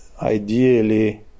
ideally